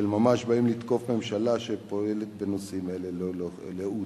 ממש באים לתקוף ממשלה שפועלת בנושאים אלה ללא לאות,